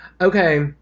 Okay